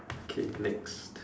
okay next